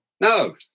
No